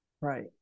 Right